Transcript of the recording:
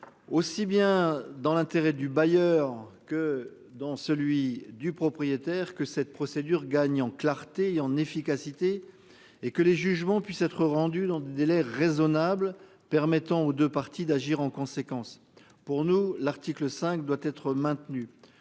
Aussi bien dans l'intérêt du bailleur que dans celui du propriétaire que cette procédure gagne en clarté et en efficacité et que les jugements puisse être rendue dans des délais raisonnables permettant aux 2 parties d'agir en conséquence pour nous. L'article 5 doit être maintenu.